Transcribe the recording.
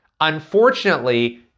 unfortunately